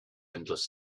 endless